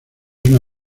una